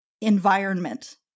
environment